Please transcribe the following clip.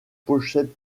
pochettes